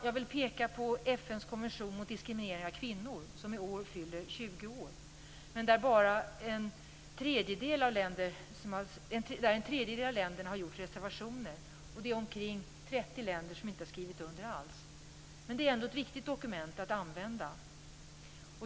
Jag vill peka på FN:s konvention mot diskriminering av kvinnor som i år fyller 20 år, men en tredjedel av länderna har gjort reservationer, och omkring 30 länder har inte skrivit under alls. Men detta är ändå ett viktigt dokument att använda.